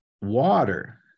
water